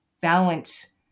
balance